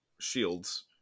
shields